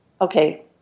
okay